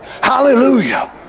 Hallelujah